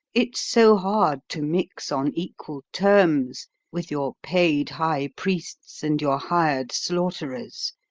it's so hard to mix on equal terms with your paid high priests and your hired slaughterers,